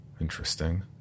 interesting